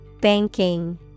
Banking